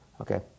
Okay